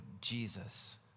Jesus